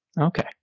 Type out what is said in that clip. Okay